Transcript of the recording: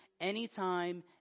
anytime